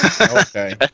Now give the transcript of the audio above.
Okay